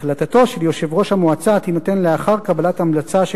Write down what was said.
החלטתו של יושב-ראש המועצה תינתן לאחר קבלת המלצה של